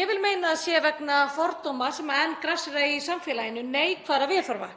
Ég vil meina að það sé vegna fordóma sem enn grassera í samfélaginu, neikvæðra viðhorfa.